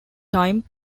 time